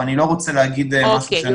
אבל אני לא רוצה להגיד --- אוקיי,